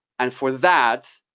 and for that,